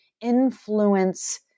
influence